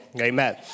Amen